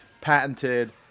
patented